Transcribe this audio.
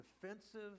defensive